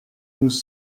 nous